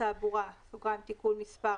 התעבורה (תיקון מס'